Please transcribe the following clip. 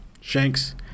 Shanks